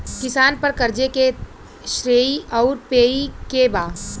किसान पर क़र्ज़े के श्रेइ आउर पेई के बा?